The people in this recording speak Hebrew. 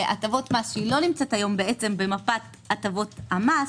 לא נמצאת היום בעצם במפת הטבות המס,